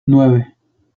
nueve